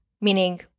meaning